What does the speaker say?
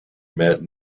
met